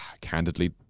candidly